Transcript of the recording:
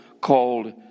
called